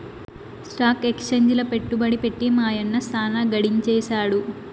stock ఎక్సేంజిల పెట్టుబడి పెట్టి మా యన్న సాన గడించేసాడు